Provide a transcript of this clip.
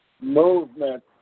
movement